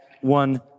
one